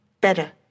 better